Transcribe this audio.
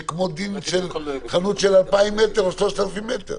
כדין חנות עם 2,000 מטרים או 3,000 מטרים.